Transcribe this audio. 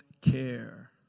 care